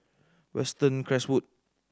Western Creswood